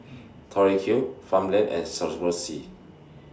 Tori Q Farmland and Swarovski